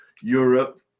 Europe